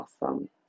awesome